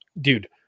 dude